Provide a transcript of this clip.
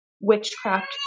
witchcraft